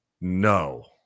No